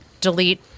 delete